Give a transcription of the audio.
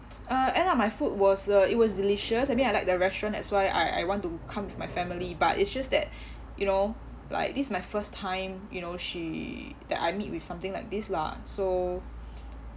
uh end up my food was uh it was delicious I mean I like the restaurant that's why I I want to come with my family but it's just that you know like this is my first time you know she that I meet with something like this lah so